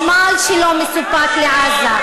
העניין הוא חשמל שלא מסופק לעזה.